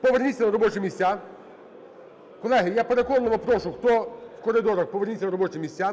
поверніться на робочі місця, колеги, я переконливо прошу, хто в коридорах, поверніться на робочі місця.